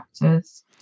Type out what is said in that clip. factors